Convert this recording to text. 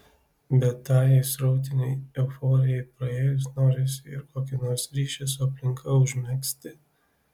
bet tajai srautinei euforijai praėjus norisi ir kokį nors ryšį su aplinka užmegzti